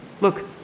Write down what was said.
Look